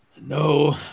No